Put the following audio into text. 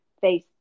face